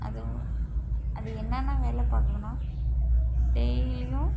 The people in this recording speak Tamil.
அது அது என்னன்ன வேலை பார்க்குதுன்னா டெய்லியும்